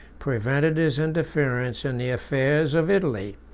prevented his interference in the affairs of italy,